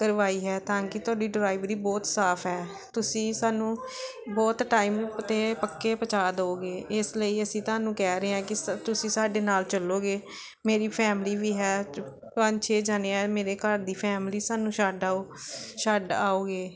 ਕਰਵਾਈ ਹੈ ਤਾਂ ਕਿ ਤੁਹਾਡੀ ਡਰਾਈਵਰੀ ਬਹੁਤ ਸਾਫ ਹੈ ਤੁਸੀਂ ਸਾਨੂੰ ਬਹੁਤ ਟਾਈਮ 'ਤੇ ਪੱਕਾ ਪਹੁੰਚਾ ਦਿਓਗੇ ਇਸ ਲਈ ਅਸੀਂ ਤੁਹਾਨੂੰ ਕਹਿ ਰਹੇ ਹਾਂ ਕਿ ਤੁਸੀਂ ਸਾਡੇ ਨਾਲ ਚੱਲੋਗੇ ਮੇਰੀ ਫੈਮਲੀ ਵੀ ਹੈ ਉਹ 'ਚ ਪੰਜ ਛੇ ਜਣੇ ਹੈ ਮੇਰੇ ਘਰ ਦੀ ਫੈਮਲੀ ਸਾਨੂੰ ਛੱਡ ਆਓ ਛੱਡ ਆਓਗੇ